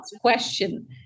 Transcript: question